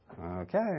Okay